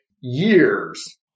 years